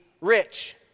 rich